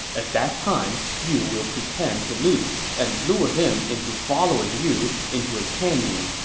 at that time, you will pretend to lose and lure him into following you into a canyon,